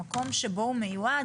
המקום שבו הוא מיודע,